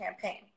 campaign